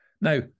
Now